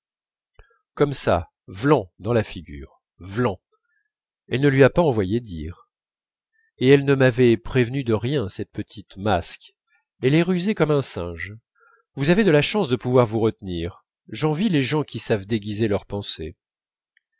comme ça v'lan dans la figure v'lan elle ne lui a pas envoyé dire et elle ne m'avait prévenue de rien cette petite masque elle est rusée comme un singe vous avez de la chance de pouvoir vous retenir j'envie les gens qui savent déguiser leur pensée